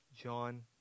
John